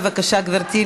בבקשה, גברתי.